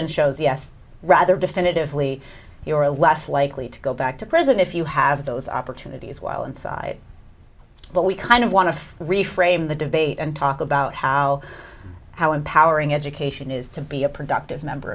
and shows us rather definitively you are less likely to go back to prison if you have those opportunities while inside but we kind of want to reframe the debate and talk about how how empowering education is to be a productive member